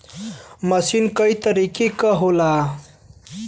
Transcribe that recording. मसीन कई तरीके क होला